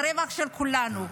זה רווח של כולנו.